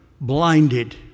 blinded